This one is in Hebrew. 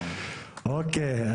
אוקי,